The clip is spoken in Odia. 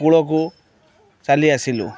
କୂଳକୁ ଚାଲିଆସିଲୁ